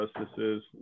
justices